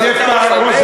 אתה רואה אותי מתחמם,